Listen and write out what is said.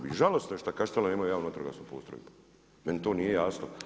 I žalosno je što Kaštela nemaju javnu vatrogasnu postrojbu, meni to nije jasno.